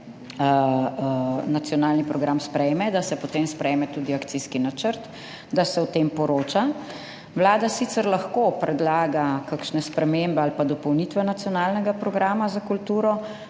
sprejme nacionalni program, da se potem sprejme tudi akcijski načrt in da se o tem poroča. Vlada sicer lahko predlaga kakšne spremembe ali pa dopolnitve nacionalnega programa za kulturo,